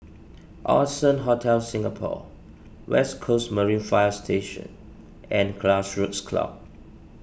Allson Hotel Singapore West Coast Marine Fire Station and Grassroots Club